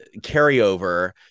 carryover